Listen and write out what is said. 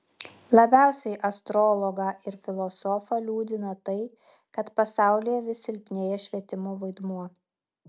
labiausiai astrologą ir filosofą liūdina tai kad pasaulyje vis silpnėja švietimo vaidmuo